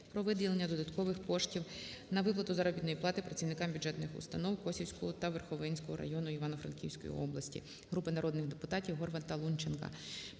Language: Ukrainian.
про виділення додаткових коштів на виплату заробітної плати працівникам бюджетних установКосівського та Верховинського районів Івано-Франківської області. Групи народних депутатів (Горвата, Лунченка,